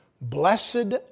Blessed